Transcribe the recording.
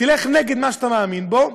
תלך נגד מה שאתה מאמין בו,